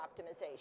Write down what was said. optimization